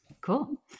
Cool